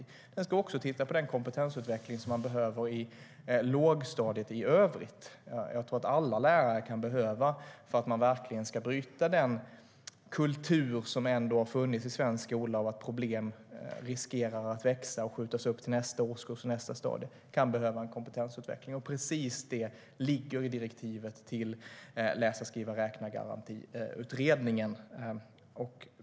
Utredningen ska också titta på den kompetensutveckling som behövs i lågstadiet i övrigt. Jag tror att alla lärare - för att man verkligen ska bryta den kultur som har funnits i svensk skola av att problem riskerar att växa och skjutas upp till nästa årskurs och nästa stadium - kan behöva en kompetensutveckling. Precis det ligger i direktivet till utredningen om läsa-skriva-räkna-garanti.